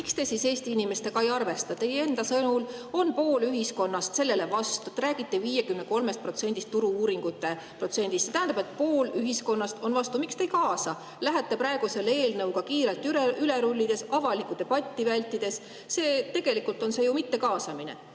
Miks te Eesti inimestega ei arvesta? Teie enda sõnul on pool ühiskonnast sellele vastu. Te räägite 53%-st, Turu-uuringute protsendist. Tähendab, et pool ühiskonnast on vastu. Miks te ei kaasa, lähete praegu selle eelnõuga edasi kiirelt üle rullides, avalikku debatti vältides? Tegelikult on see ju mittekaasamine.